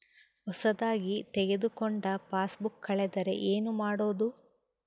ಹೊಸದಾಗಿ ತೆಗೆದುಕೊಂಡ ಪಾಸ್ಬುಕ್ ಕಳೆದರೆ ಏನು ಮಾಡೋದು?